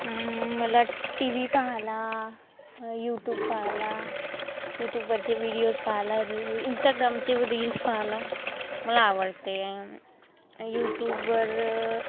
मला T V पाहायला YouTube पाहायला यूट्यूबवरचे व्हिडिओज पाहायला रि इंस्टाग्रामचे रील्स पाहायला मला आवडते यूट्यूबवर